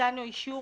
שניתן לו אישור